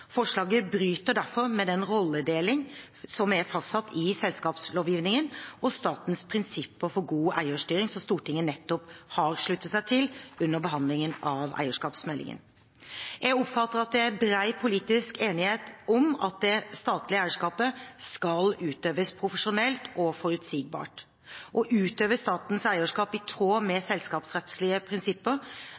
Forslaget bryter derfor med den rolledelingen som er fastsatt i selskapslovgivningen, og med statens prinsipper for god eierstyring som Stortinget nettopp har sluttet seg til under behandlingen av eierskapsmeldingen. Jeg oppfatter at det er bred politisk enighet om at det statlige eierskapet skal utøves profesjonelt og forutsigbart. Å utøve statens eierskap i tråd med selskapsrettslige prinsipper